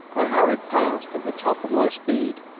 i hurried past at the top of my speed,